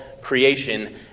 creation